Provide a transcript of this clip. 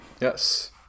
Yes